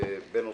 בוקר טוב,